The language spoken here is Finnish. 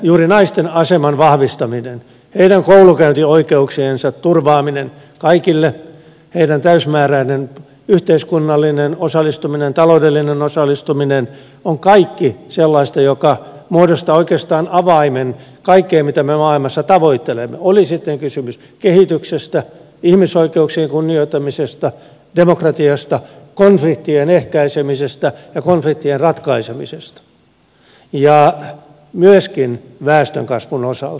juuri naisten aseman vahvistaminen heidän koulunkäyntioikeuksiensa turvaaminen kaikille heidän täysimääräinen yhteiskunnallinen osallistumisensa heidän taloudellinen osallistumisensa on kaikki sellaista joka muodostaa oikeastaan avaimen kaikkeen mitä me maailmassa tavoittelemme oli sitten kysymys kehityksestä ihmisoikeuksien kunnioittamisesta demokratiasta konfliktien ehkäisemisestä ja konfliktien ratkaisemisesta ja myöskin väestönkasvun osalta